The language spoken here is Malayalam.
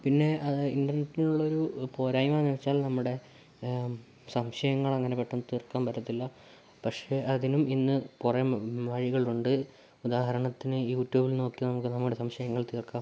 പിന്നെ ഇന്റർനെറ്റിനുള്ളരു പോരായ്മാന്ന് വച്ചാൽ നമ്മുടെ സംശയങ്ങളങ്ങനെ പെട്ടന്ന് തീർക്കാൻ പറ്റത്തില്ല പക്ഷെ അതിനും ഇന്ന് കുറെ വഴികൾ ഉണ്ട് ഉദാഹരണത്തിന് യൂട്യൂബിൽ നോക്കിയാൽ നമുക്ക് നമ്മുടെ സംശയങ്ങൾ തീർക്കാം